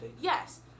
Yes